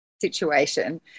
situation